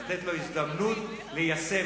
לתת לו הזדמנות, ליישם.